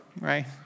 right